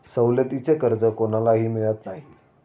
सवलतीचे कर्ज कोणालाही मिळत नाही